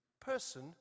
person